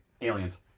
Aliens